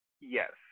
Yes